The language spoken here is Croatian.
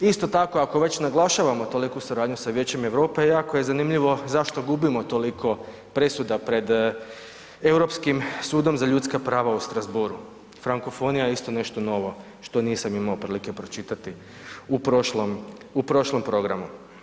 Isto tako ako već naglašavamo toliku suradnju sa Vijećem Europe jako je zanimljivo zašto gubimo toliko presuda pred Europskim sudom za ljudska prava u Strazborgu, frankofonija je isto nešto novo što nisam imao prilike pročitati u prošlom programu.